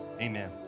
amen